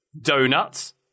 donuts